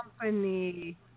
company